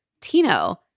Tino